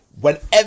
whenever